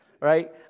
right